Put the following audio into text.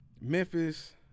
Memphis